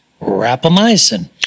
rapamycin